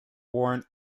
worn